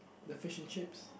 the fish and chips